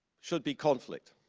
should be conflict.